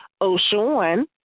O'Shawn